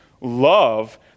love